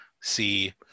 see